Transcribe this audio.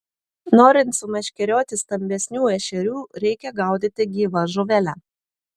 norint sumeškerioti stambesnių ešerių reikia gaudyti gyva žuvele